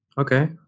Okay